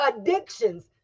Addictions